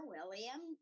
William